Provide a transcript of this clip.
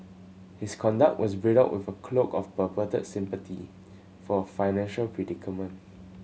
his conduct was bridled with a cloak of purported sympathy for financial predicament